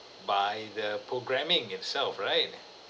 by the programming itself right